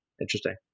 Interesting